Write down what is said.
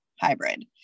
hybrid